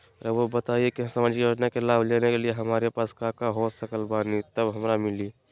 रहुआ बताएं कि सामाजिक योजना के लाभ लेने के लिए हमारे पास काका हो सकल बानी तब हमरा के मिली?